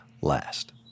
last